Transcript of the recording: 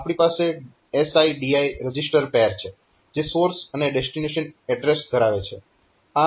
આપણી પાસે SI DI register pair છે જે સોર્સ અને ડેસ્ટીનેશન એડ્રેસ ધરાવે છે